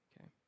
Okay